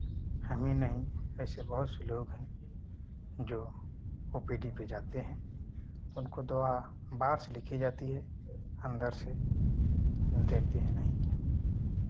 हमही नहीं ऐसे बहुत से लोग हैं जो ओ पी डी पे जाते हैं उनको दवा बाहर से लिखी जाती है अन्दर से देती ही नहीं